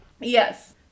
yes